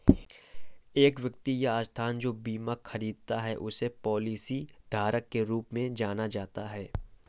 एक व्यक्ति या संस्था जो बीमा खरीदता है उसे पॉलिसीधारक के रूप में जाना जाता है